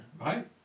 right